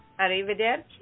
Arrivederci